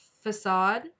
facade